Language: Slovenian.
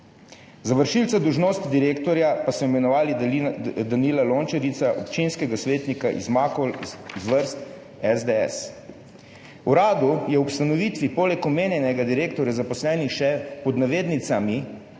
Za vršilca dolžnosti direktorja so imenovali Danila Lončariča, občinskega svetnika iz Makol, iz vrst SDS. V uradu je ob ustanovitvi poleg omenjenega direktorja zaposlenih še, pod navednicami,